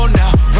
now